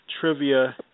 trivia